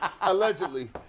Allegedly